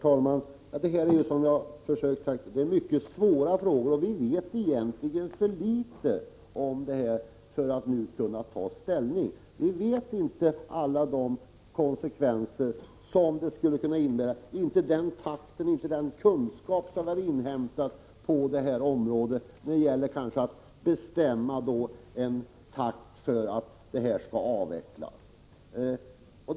Herr talman! Det rör sig här om mycket svåra frågor, som vi egentligen vet alldeles för litet om för att nu kunna ta ställning. Vi känner inte till alla de konsekvenser som en avveckling skulle kunna föra med sig. Vi känner inte till vilka kunskaper man har inhämtat på det här området när det gäller att t.ex. bestämma i vilken takt en avveckling skulle kunna ske.